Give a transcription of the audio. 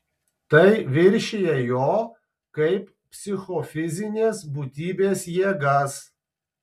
tai viršija jo kaip psichofizinės būtybės jėgas